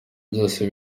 byose